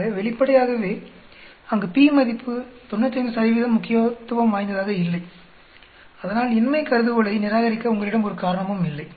ஆக வெளிப்படையாகவே அங்கு p மதிப்பு 95 முக்கியத்துவம் வாய்ந்ததாக இல்லை அதனால் இன்மை கருதுகோளை நிராகரிக்க உங்களிடம் ஒரு காரணமும் இல்லை